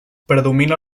predomina